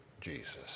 Jesus